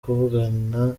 kuvugana